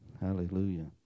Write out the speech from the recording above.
Hallelujah